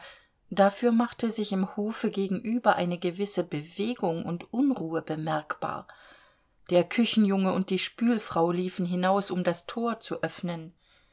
dafür machte sich im hofe gegenüber eine gewisse bewegung und unruhe bemerkbar der küchenjunge und die spülfrau liefen hinaus um das tor zu öffnen